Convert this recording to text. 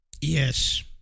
Yes